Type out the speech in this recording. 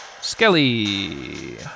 Skelly